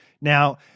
now